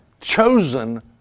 chosen